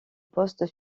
poste